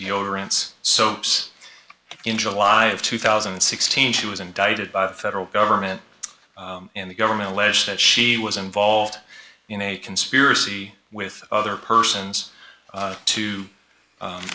deodorants so yes in july of two thousand and sixteen she was indicted by the federal government and the government alleges that she was involved in a conspiracy with other persons